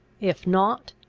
if not,